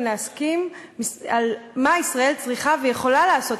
להסכים על מה ישראל צריכה ויכולה לעשות,